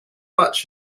much